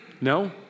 No